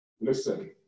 Listen